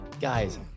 Guys